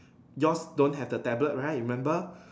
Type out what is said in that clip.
yours don't have the tablet right remember